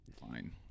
fine